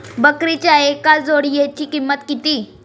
बकरीच्या एका जोडयेची किंमत किती?